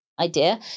idea